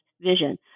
vision